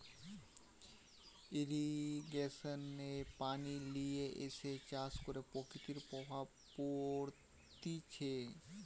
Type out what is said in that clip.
irrigation এ পানি লিয়ে এসে চাষ করে প্রকৃতির প্রভাব পড়তিছে